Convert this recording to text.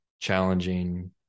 challenging